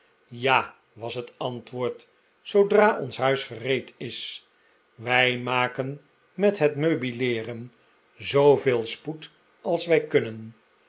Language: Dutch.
ja was het antwoord zoodra ons huis gereed is wij maken met het meitbileeren zooveel spoed als wij kunnen